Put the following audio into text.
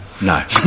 No